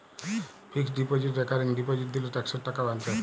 fixed deposit recurring deposit দিলে ট্যাক্সের টাকা বাঁচে